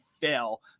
fail